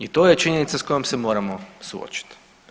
I to je činjenica s kojom se moramo suočiti.